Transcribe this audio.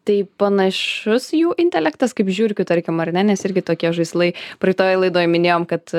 tai panašus jų intelektas kaip žiurkių tarkim ar ne nes irgi tokie žaislai praeitoj laidoj minėjom kad